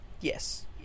Yes